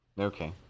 Okay